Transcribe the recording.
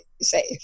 safe